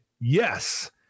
Yes